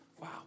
Wow